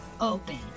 open